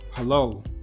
Hello